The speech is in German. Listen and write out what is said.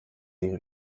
sie